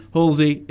Halsey